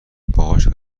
باهاش